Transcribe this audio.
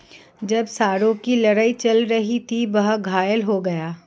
जब सांडों की लड़ाई चल रही थी, वह घायल हो गया